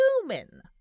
human